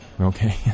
Okay